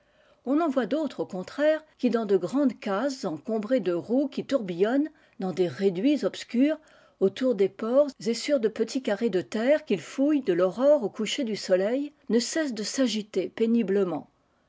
on en voit d'autres au contraire qui dans de grandes cases encombrées de roues qui tourbillonnent dans des réduits obscurs autour des ports et sur de petits carrés de terre qu'ils iouillent de l'aurore au coucher du soleil ne cessent de s'agiter péniblement